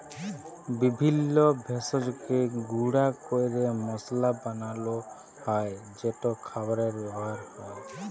বিভিল্য ভেষজকে গুঁড়া ক্যরে মশলা বানালো হ্যয় যেট খাবারে ব্যাবহার হ্যয়